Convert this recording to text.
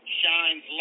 shines